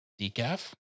decaf